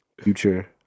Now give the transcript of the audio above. Future